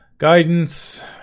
Guidance